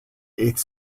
eighth